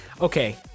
okay